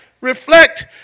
reflect